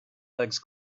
legs